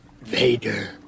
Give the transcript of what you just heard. Vader